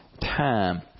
time